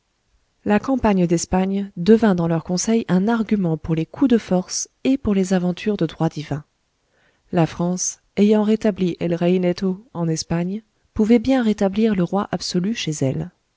la campagne d'espagne devint dans leurs conseils un argument pour les coups de force et pour les aventures de droit divin la france ayant rétabli el rey neto en espagne pouvait bien rétablir le roi absolu chez elle